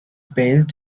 based